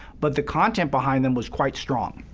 but the content behind them was quite strong.